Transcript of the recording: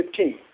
15